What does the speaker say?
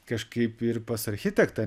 kažkaip ir pas architektą